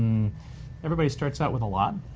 everybody starts out with a lot,